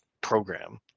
program